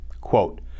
Quote